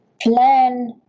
plan